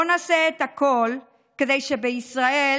בואו נעשה את הכול כדי שבישראל